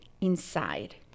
inside